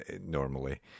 normally